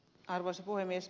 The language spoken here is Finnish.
arvoisa puhemies